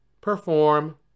perform